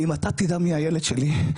ואם אתה תדע מי הילד שלי,